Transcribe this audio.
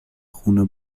خون